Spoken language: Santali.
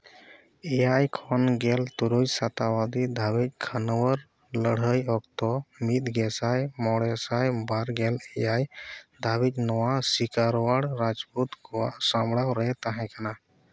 ᱮᱭᱟᱭ ᱠᱷᱚᱱ ᱜᱮᱞ ᱛᱩᱨᱩᱭ ᱥᱚᱛᱟᱣᱵᱫᱤ ᱫᱷᱟᱹᱵᱤᱡᱽ ᱠᱷᱟᱱᱣᱟᱨ ᱞᱟᱹᱲᱦᱟᱹᱭ ᱚᱠᱛᱚ ᱢᱤᱫ ᱜᱮ ᱥᱟᱭ ᱢᱚᱬᱮ ᱥᱟᱭ ᱵᱟᱨ ᱜᱮᱞ ᱮᱭᱟᱭ ᱫᱷᱟᱹᱵᱤᱡᱽ ᱱᱚᱣᱟ ᱥᱤᱠᱟᱨᱚᱲ ᱨᱟᱡᱽᱯᱩᱛ ᱠᱚᱣᱟᱜ ᱥᱟᱢᱵᱲᱟᱣ ᱨᱮ ᱛᱟᱦᱮᱸᱠᱟᱱᱟ